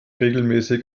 regelmäßig